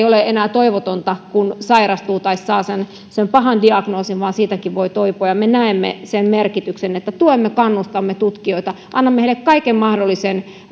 ole enää toivotonta kun sairastuu tai saa sen pahan diagnoosin vaan siitäkin voi toipua ja me näemme sen merkityksen että tuemme ja kannustamme tutkijoita annamme heille kaiken mahdollisen